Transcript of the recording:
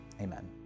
Amen